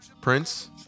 Prince